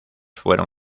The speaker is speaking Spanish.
fueron